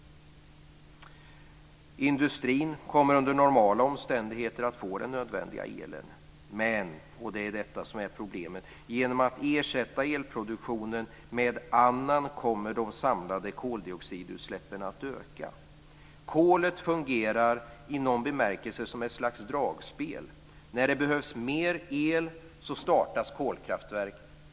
Industrin kommer under normala omständigheter att få den nödvändiga elen. Men, och det är detta som är problemet, genom att ersätta den nuvarande elproduktionen med annan kommer de samlade koldioxidutsläppen att öka. Kolet fungerar i någon bemärkelse som ett slags dragspel. När det behövs mer el startas kolkraftverk.